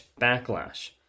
backlash